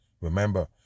Remember